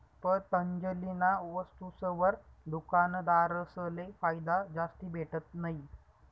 पतंजलीना वस्तुसवर दुकानदारसले फायदा जास्ती भेटत नयी